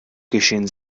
geschehen